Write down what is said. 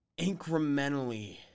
incrementally